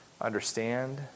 understand